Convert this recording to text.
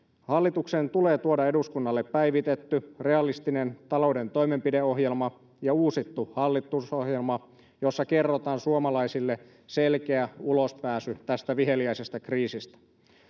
hallituksen tulee tuoda eduskunnalle päivitetty realistinen talouden toimenpideohjelma ja uusittu hallitusohjelma jossa kerrotaan suomalaisille selkeä ulospääsy tästä viheliäisestä kriisistä